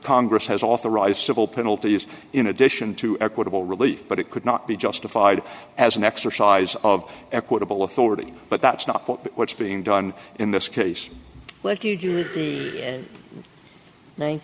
congress has authorized civil penalties in addition to equitable relief but it could not be justified as an exercise of equitable authority but that's not what's being done in this case